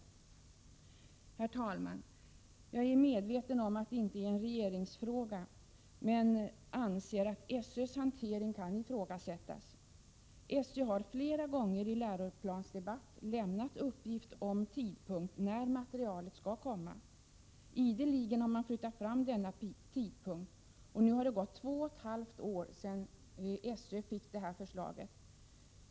Jag är, herr talman, medveten om att detta inte är en fråga för regeringen, men jag anser att SÖ:s hantering kan ifrågasättas. SÖ har flera gånger i ”Läroplansdebatt” lämnat uppgift om tidpunkt när materialet skall komma. Ideligen har man flyttat fram denna tidpunkt. Det har nu gått två och ett halvt år sedan SÖ fick förslaget.